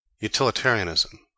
Utilitarianism